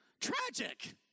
tragic